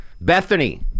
Bethany